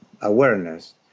awareness